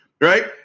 right